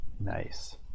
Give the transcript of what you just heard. Nice